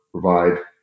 provide